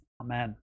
Amen